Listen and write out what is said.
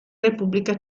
repubblica